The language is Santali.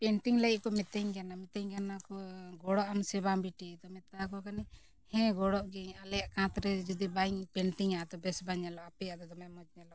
ᱯᱮᱱᱴᱤᱝ ᱞᱟᱹᱜᱤᱫ ᱠᱚ ᱢᱤᱛᱟᱹᱧ ᱠᱟᱱᱟ ᱢᱤᱛᱟᱹᱧ ᱠᱟᱱᱟ ᱠᱚ ᱜᱚᱲᱚᱜ ᱟᱢ ᱥᱮ ᱵᱟᱝ ᱵᱤᱴᱤ ᱛᱚ ᱢᱮᱛᱟ ᱠᱚ ᱠᱟᱹᱱᱟᱹᱧ ᱦᱮᱸ ᱜᱚᱲᱚᱜ ᱜᱤᱭᱟᱹᱧ ᱟᱞᱮᱭᱟᱜ ᱠᱟᱸᱛ ᱨᱮ ᱡᱩᱫᱤ ᱵᱟᱹᱧ ᱯᱮᱱᱴᱤᱝᱟ ᱛᱚ ᱵᱮᱥ ᱵᱟᱝ ᱧᱮᱞᱚᱜᱼᱟ ᱟᱯᱮᱭᱟᱜ ᱫᱚ ᱫᱚᱢᱮ ᱢᱚᱡᱽ ᱧᱮᱞᱚᱜᱼᱟ